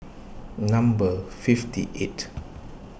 number fifty eight